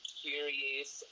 curious